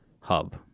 hub